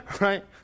Right